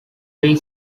three